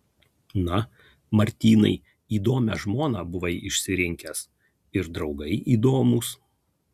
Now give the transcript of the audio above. na martynai įdomią žmoną buvai išsirinkęs ir draugai įdomūs